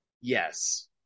yes